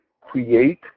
create